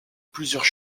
plusieurs